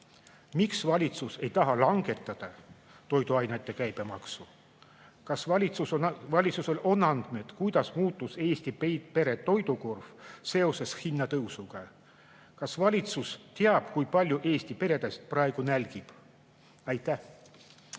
taha valitsus langetada toiduainete käibemaksu? Kas valitsusel on andmeid, kuidas muutus Eesti pere toidukorv seoses hinnatõusuga? Kas valitsus teab, kui palju Eesti peresid praegu nälgib? Aitäh!